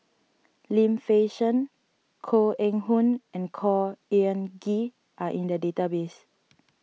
Lim Fei Shen Koh Eng Hoon and Khor Ean Ghee are in the database